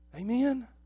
Amen